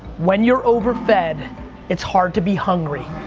when you're overfed it's hard to be hungry.